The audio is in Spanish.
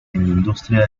industria